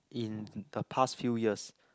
in the past few years